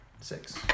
Six